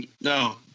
No